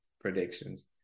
predictions